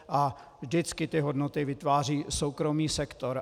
A vždycky ty hodnoty vytváří soukromý sektor.